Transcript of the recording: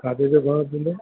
खाधे जो घणो थींदो